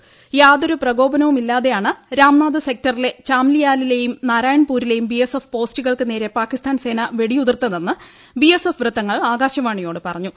സെക്ടറിലെ യാതൊരു പ്രകോപനവുമില്ലാതെയാണ് രാംനാഥ് ചാംലിയാലിലെയും നാരായൺപൂരിലെയും ബിഎസ്എഫ് പോസ്റ്റുകൾക്ക് നേരെ പാകിസ്ഥാൻ സേന വെടിയുതിർത്തതെന്ന് ബിഎസ്എഫ് വൃത്തങ്ങൾ ആകാശവാണിയോട് പറഞ്ഞു